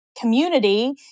community